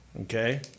okay